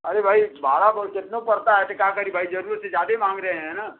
अरे भाई बारह बोल कितना पड़ता है तो का करी भाई जरूरत से ज़्यादा ही माँग रहे हैं ना